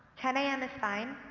ten am is fine.